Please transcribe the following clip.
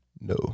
No